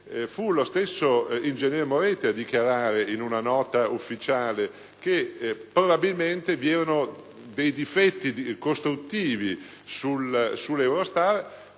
fu lo stesso ingegner Moretti a dichiarare, in una nota ufficiale, che probabilmente vi erano dei difetti costruttivi di minore